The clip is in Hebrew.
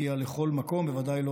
תגיע לכל מקום, ובוודאי לא